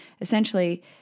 essentially